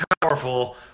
Powerful